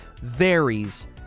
varies